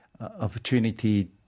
opportunity